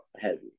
heavy